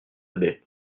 baie